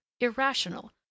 irrational